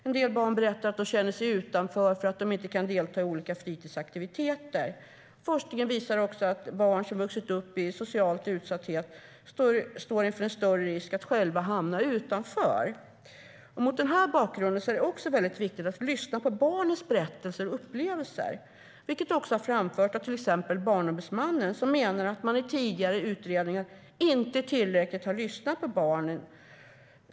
En del barn berättar att de känner sig utanför för att de inte kan delta i olika fritidsaktiviteter. Mot denna bakgrund är det viktigt att lyssna på barnens berättelser och upplevelser, vilket också har framförts av till exempel Barnombudsmannen, som menar att man i tidigare utredningar inte har lyssnat tillräckligt på barnen.